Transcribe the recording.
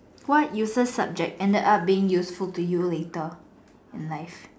what useless subject ended up being useful to you later in life